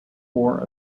four